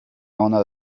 owner